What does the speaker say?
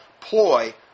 ploy